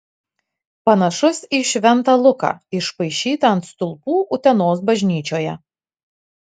panašus į šventą luką išpaišytą ant stulpų utenos bažnyčioje